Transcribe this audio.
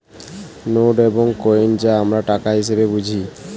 note এবং coin যা আমরা টাকা হিসেবে বুঝি